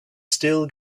still